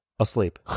Asleep